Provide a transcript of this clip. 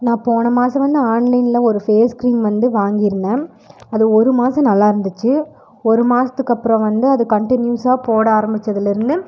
நான் போன மாதம் வந்து ஆன்லைனில் ஒரு ஃபேஸ் க்ரீம் வந்து வாங்கியிருந்தேன் அது ஒரு மாதம் நல்லாயிருந்துச்சு ஒரு மாதத்துக்கு அப்புறம் வந்து அது கன்டினியூஸாக போட ஆரம்மிச்சதுலேருந்து